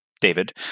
David